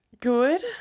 Good